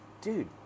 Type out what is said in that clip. dude